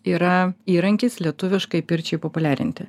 yra įrankis lietuviškai pirčiai populiarinti